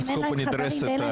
הם באמת אסקופה נדרסת.